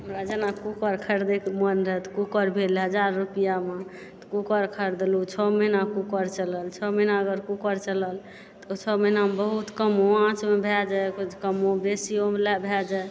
जेना कूकर खरीदे के मौन रहय तऽ कूकर भेल हजार रुपआमे तऽ कूकर खरदलहुँ छओ महिना कूकर चलल छओ महिना अगर कूकर चलल तऽ छओ महिना मे बहुत कम आँचमे भय जाइ कुछ कम्मो बेशियोमे भय जाइ